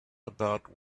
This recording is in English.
about